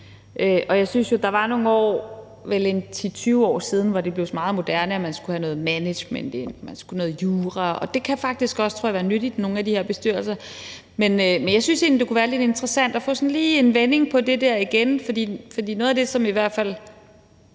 Jeg synes jo, at der var nogle år – vel for 10-20 år siden – hvor det blev meget moderne, at man skulle have noget management ind, at man skulle have noget jura ind. Og det kan faktisk også være nyttigt, tror jeg, i nogle af de her bestyrelser. Men jeg synes egentlig, det kunne være lidt interessant lige sådan at få vendt det der igen, for noget af det, som i hvert fald